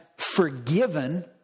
Forgiven